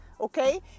Okay